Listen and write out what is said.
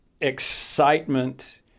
excitement